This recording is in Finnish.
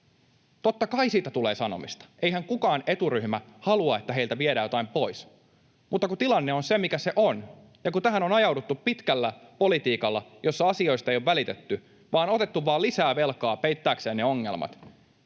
Totta kai siitä tulee sanomista, koska eihän kukaan eturyhmä halua, että heiltä viedään jotain pois, mutta kun tilanne on se, mikä se on, ja kun tähän on ajauduttu pitkällä politiikalla, jossa asioista ei ole välitetty, vaan on otettu vaan lisää velkaa peittääkseen ne ongelmat,